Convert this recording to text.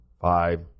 five